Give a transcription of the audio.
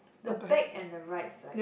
the bag and the right side